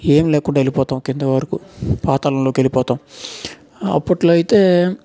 ఏం లేకుండా వెళ్ళిపోతాం కింద వరకు పాతాళంలోకి వెళ్లిపోతాం అప్పట్లో అయితే